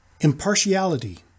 Impartiality